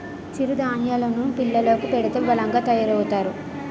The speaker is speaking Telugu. చిరు ధాన్యేలు ను పిల్లలకు పెడితే బలంగా తయారవుతారు